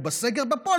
או בסגר בפועל?